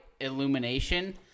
Illumination